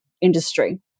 industry